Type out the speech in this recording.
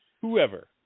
Whoever